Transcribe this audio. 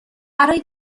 برای